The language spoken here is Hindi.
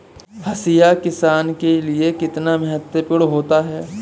हाशिया किसान के लिए कितना महत्वपूर्ण होता है?